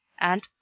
and